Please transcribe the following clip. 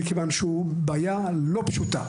מכיוון שזו בעיה לא פשוטה.